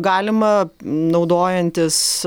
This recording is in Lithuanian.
galima naudojantis